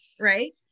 right